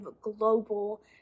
global